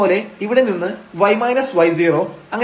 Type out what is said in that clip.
അതുപോലെ ഇവിടെ നിന്ന് y y0